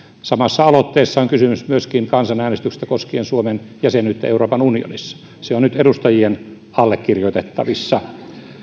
samassa aloitteessa on kysymys myöskin kansanäänestyksestä koskien suomen jäsenyyttä euroopan unionissa se on nyt edustajien allekirjoitettavissa